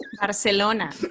Barcelona